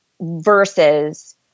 versus